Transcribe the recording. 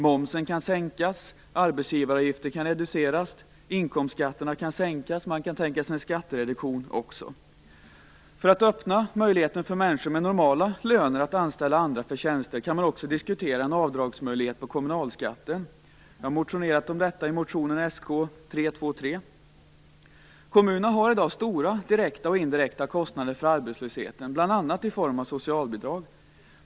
Momsen kan sänkas, arbetsgivaravgiften kan reduceras, inkomstskatterna kan sänkas, man kan tänka sig en skattereduktion osv. För att öppna möjligheten för människor med normala löner att anställa andra för tjänster kan man också diskutera en möjlighet till avdrag på kommunalskatten. Jag har motionerat om detta i motion Sk323. Kommunerna har i dag stora direkta och indirekta kostnader för arbetslösheten, bl.a. i form av socialbidrag.